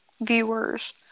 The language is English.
Viewers